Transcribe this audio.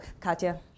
Katya